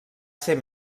ser